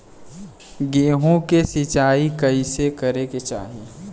गेहूँ के सिंचाई कइसे करे के चाही?